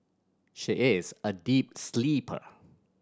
she is a deep sleeper